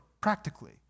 practically